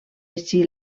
així